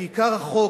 כי עיקר החוק,